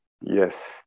yes